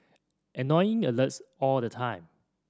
annoying alerts all the time